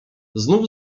znów